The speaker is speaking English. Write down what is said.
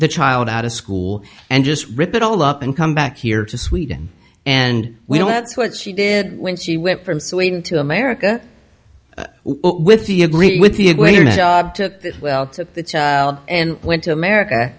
the child out of school and just rip it all up and come back here to sweden and we don't have what she did when she went from sweden to america with the with the well and went to america